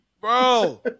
bro